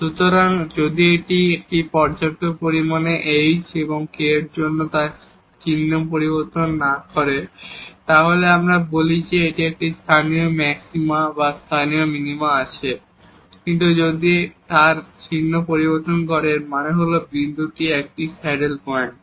সুতরাং যদি এটি পর্যাপ্ত পরিমাণে h এবং k এর জন্য তার চিহ্ন পরিবর্তন না করে তাহলে আমরা বলি যে এর একটি লোকাল ম্যাক্সিমা এবং লোকাল মিনিমা আছে কিন্তু যদি এটি তার চিহ্ন পরিবর্তন করে এর মানে হল বিন্দুটি একটি স্যাডেল পয়েন্ট